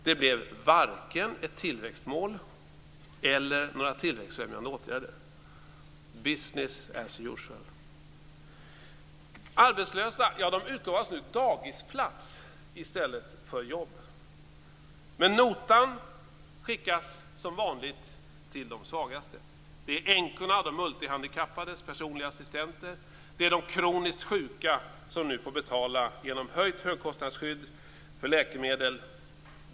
Det blev varken ett tillväxtmål eller några tillväxtfrämjande åtgärder. Business as usual. Men notan skickas som vanligt till de svagaste. Det är änkorna och de multihandikappades personliga assistenter. Det är de kroniskt sjuka som nu får betala genom höjt högkostnadsskydd för läkemedel.